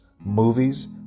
movies